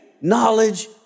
knowledge